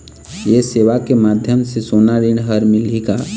ये सेवा के माध्यम से सोना ऋण हर मिलही का?